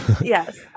Yes